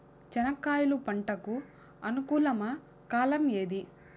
చెనక్కాయలు పంట కు అనుకూలమా కాలం ఏది?